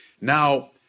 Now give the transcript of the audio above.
Now